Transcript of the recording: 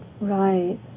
Right